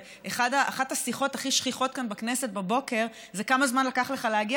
אחת השיחות הכי שכיחות כאן בכנסת בבוקר זה כמה זמן לקח לך להגיע